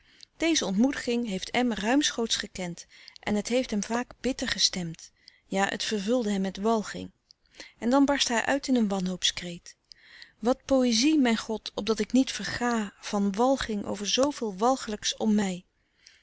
deze ontmoediging heeft m ruimschoots gekend en het heeft hem vaak bitter gestemd ja het vervulde hem met walging en dan barst hij uit in een wanhoopskreet wat poëzie myn god opdat ik niet verga van walging over zooveel walglyks m my